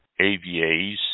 AVAs